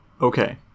Okay